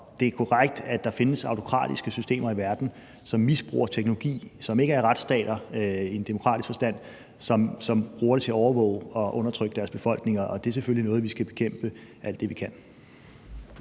det er korrekt, at der findes autokratiske systemer i verden, som misbruger teknologi, som ikke er retsstater i en demokratisk forstand, og som bruger det til at overvåge og undertrykke deres befolkninger, og det er selvfølgelig noget, vi skal bekæmpe alt det, vi kan.